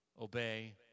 obey